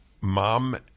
mom